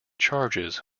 charges